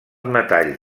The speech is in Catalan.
metalls